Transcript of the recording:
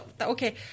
okay